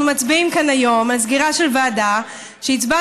אנחנו מצביעים כאן היום על סגירה של ועדה שהצבענו